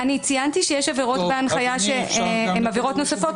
אני ציינתי שיש עבירות בהנחיה שהם עבירות נוספות,